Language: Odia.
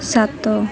ସାତ